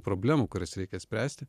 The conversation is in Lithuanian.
problemų kurias reikia spręsti